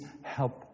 help